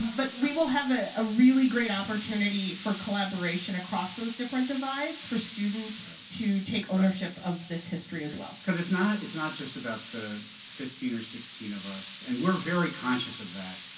but we will have a ah really great opportunity for collaboration across those different divides for students to take ownership of this history as well. cause it's not it's not just about the fifteen or sixteen of us and we're very conscious of that.